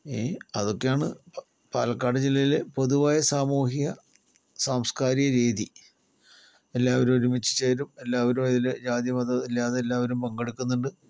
അതൊക്കെയാണ് പാലക്കാട് ജില്ലയിലെ പൊതുവായ സാമൂഹിക സാംസ്കാരിക രീതി എല്ലാവരും ഒരുമിച്ച് ചേരും എല്ലാവരും അതിൽ ജാതി മതമില്ലാതെ എല്ലാവരും പങ്കെടുക്കുന്നുണ്ട്